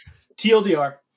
TLDR